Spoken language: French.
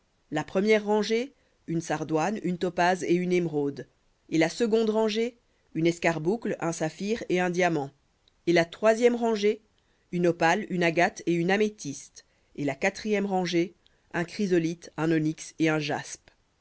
la première rangée une sardoine une topaze et une émeraude et la seconde rangée une escarboucle un saphir et un diamant et la troisième rangée une opale une agate et une améthyste et la quatrième rangée un chrysolithe un onyx et un jaspe